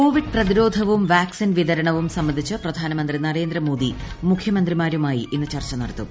Covid പ്രതിരോധവും vaccine വിതരണവും സംബന്ധിച്ച് പ്രധാനമന്ത്രി നരേന്ദ്രമോദി മുഖ്യമന്ത്രിമാരുമായി ഇന്ന് ചർച്ച നടത്തും